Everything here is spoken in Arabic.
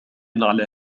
على